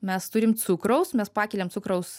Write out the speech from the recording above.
mes turim cukraus mes pakeliam cukraus